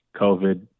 COVID